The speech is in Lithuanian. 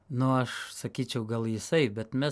na aš sakyčiau gal jisai bet mes